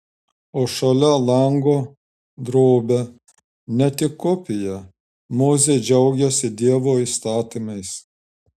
o šalia lango drobė ne tik kopija mozė džiaugiasi dievo įstatymais